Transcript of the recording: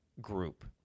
group